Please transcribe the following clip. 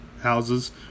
houses